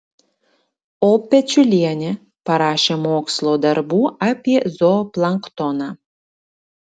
o pečiulienė parašė mokslo darbų apie zooplanktoną